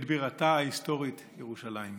את בירתו ההיסטורית, ירושלים.